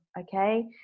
okay